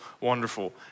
wonderful